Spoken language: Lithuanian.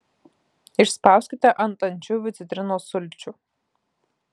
išspauskite ant ančiuvių citrinos sulčių